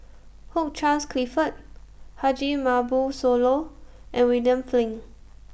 Hugh Charles Clifford Haji Ambo Sooloh and William Flint